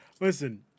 Listen